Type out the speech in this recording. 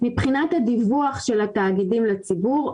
מבחינת הדיווח של התאגידים לציבור,